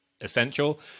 essential